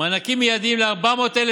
מענקים מיידיים ל-400,000,